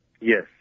Yes